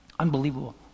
unbelievable